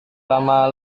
lama